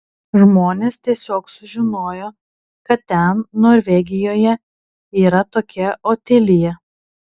žmonės tiesiog sužinojo kad ten norvegijoje yra tokia otilija